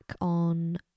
on